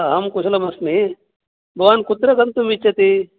अहं कुशलं अस्मि भवान् कुत्र गन्तुं इच्छति